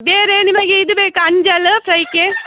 ಬೇರೆ ನಿಮಗೆ ಇದು ಬೇಕಾ ಅಂಜಲ್ಲು ಫ್ರೈಗೆ